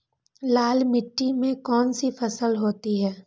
लाल मिट्टी में कौन सी फसल होती हैं?